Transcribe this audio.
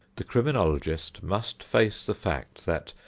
the criminologist must face the fact that,